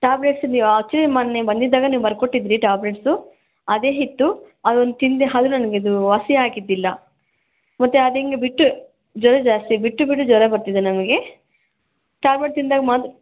tablets ನೀವು ಆಚುಲಿ ಮೊನ್ನೆ ಬಂದಿದ್ದಾಗ ನೀವು ಬರ್ಕೊಟ್ಟಿದ್ರಿ ಟ್ಯಾಬ್ಲೆಟ್ಸು ಅದೇ ಇತ್ತು ಅದೊಂದು ತಿಂದೆ ಹಾಗೆ ನನಗಿದು ವಾಸಿಯಾಗಿದ್ದಿಲ್ಲ ಮತ್ತೆ ಅದು ಹಿಂಗೆ ಬಿಟ್ಟು ಜ್ವರ ಜಾಸ್ತಿ ಬಿಟ್ಟು ಬಿಟ್ಟು ಜ್ವರ ಬರ್ತಿದೆ ನನಗೆ ಟ್ಯಾಬ್ಲೆಟ್ ತಿಂದಾಗ ಮಾ